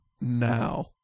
now